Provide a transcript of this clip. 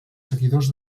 seguidors